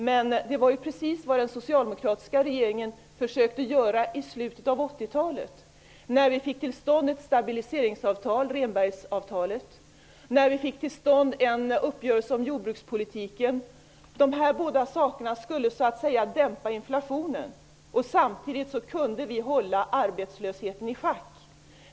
Det här var precis vad den socialdemokratiska regeringen försökte göra i slutet av 80-talet, när vi fick till stånd ett stabiliseringsavtal, Rehnbergavtalet, och en uppgörelse om jordbrukspolitiken. De här båda sakerna skulle dämpa inflationen, och samtidigt kunde vi hålla arbetslösheten i schack.